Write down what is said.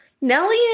Nellie